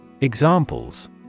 Examples